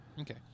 Okay